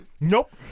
Nope